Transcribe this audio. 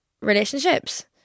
relationships